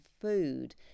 food